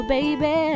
Baby